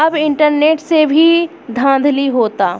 अब इंटरनेट से भी धांधली होता